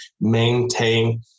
maintain